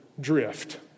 drift